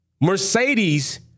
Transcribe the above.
Mercedes